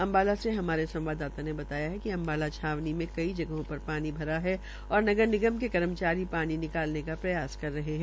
अम्बाला से हमारे संवाददाता ने बताया कि अम्बाला छावनी मे कई जगहों पानी भरा हुआ है और नगर निगम के कर्मचारी पानी निकालने का प्रयास करे है